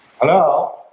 Hello